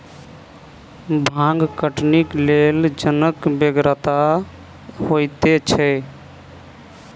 भांग कटनीक लेल जनक बेगरता होइते छै